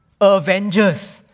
Avengers